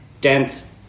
dense